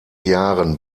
jahren